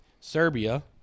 Serbia